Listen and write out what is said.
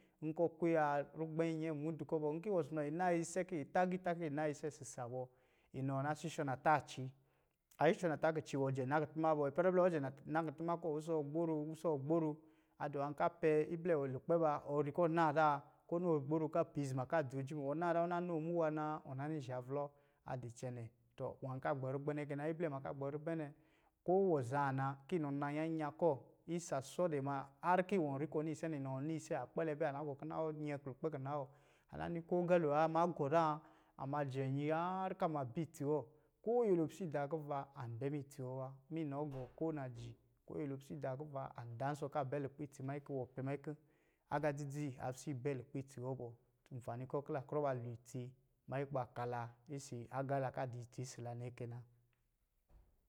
Nkɔ kuya rugbɛn nyɛɛ mudu kɔ̄ bɔ, nki wɔ si naa ise ki yi ta giitā kiyi naa ise sisa bɔ, inɔ na shushuɔ nataaci. A yishɔ nata kici bɔ, wɔ jɛ na kutuma bɔ. ipɛrɛ blɛ ɔ jɛ na-na kutuma kɔ wusɔ gboro wusɔ gboro. A di nwa ka pɛ iblɛ ɔ di lukpɛ ba, ɔ ri kɔ naa zaa, kɔ nɔ gboro ka piizuma ka dzoo jimi, ɔ naa zaa, ɔ na noo muwa na, ɔ na ni zhavlɔɔ a di cɛnɛ. Tɔ nwā ka gbɛrugbɛn nɛ kɛ na. Iblɛ ma ka gborugbɛn nɛ, ko wɔ za na ki nɔ naa nyanyan kɔ, isa sɔ dɛ ma, harr ki wɔ ri kɔ niise nɛ, inɔ niise a kpɛlɛ bɛ, aa na gɔ kina wɔ nyɛ lukpɛ kina wɔ. A na ni ko agalo wa, ma gɔ zan, a ma jɛ nyi harrɔ ka ma bɛ itsi wɔ. Ko nyɛla pisi daa kuva, an bɛ miitsi wɔ wa. miinɔ gɔ ko naji, ko nyɛlo pisi daa kuva an dansɔ̄ ka bɛ lukpɛ itsi manyi ki wɔ pɛ manyi kɔ̄ agā dzidzi a pisi bɛ lukpɛ itsi wɔ bɔ. Nfani kɔ kila krɔ ba loo itsi, manyi kuba ka la isi agā la ka di itsi isi la nɛ kɛ na.